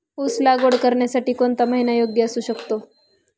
ऊस लागवड करण्यासाठी कोणता महिना योग्य असू शकतो?